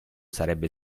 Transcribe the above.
sarebbe